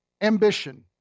ambition